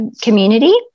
community